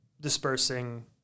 dispersing